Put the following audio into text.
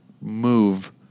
move